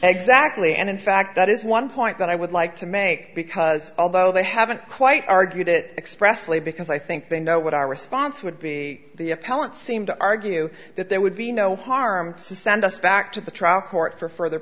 exactly and in fact that is one point that i would like to make because although they haven't quite argued it expressly because i think they know what our response would be the appellant seemed to argue that there would be no harm to send us back to the trial court for further